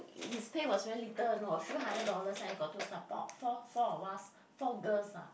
his pay was very little know a few hundred dollars and got to support four four of us four girls ah